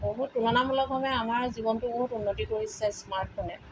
বহুত তুলনামূলকভাৱে আমাৰ জীৱনটো বহুত উন্নতি কৰিছে স্মাৰ্টফোনে